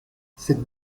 cette